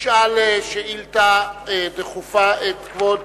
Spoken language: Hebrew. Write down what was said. ישאל את כבוד